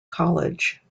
college